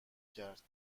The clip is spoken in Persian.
کرد